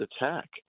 attack